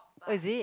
what is it